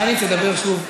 שטייניץ ידבר שוב.